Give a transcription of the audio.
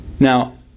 Now